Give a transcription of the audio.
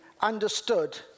understood